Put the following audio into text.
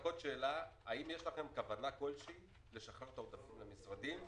האם יש לכם כוונה כלשהי לשחרר את העודפים למשרדים?